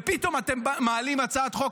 ופתאום אתם מעלים הצעת חוק,